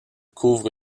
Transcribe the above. couvre